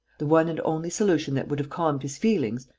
the one and only solution that would have calmed his feelings,